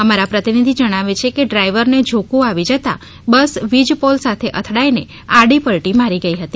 અમારા પ્રતિનિધિ જણાવે છે કે ડ્રાઇવરને ઝોકું આવી જતા બસ વીજ પોલ સાથે અથડાઇને આડી પલટી મારી ગઈ હતી